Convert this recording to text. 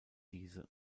diese